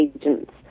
agents